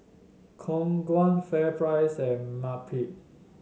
Khong Guan FairPrice and Marmite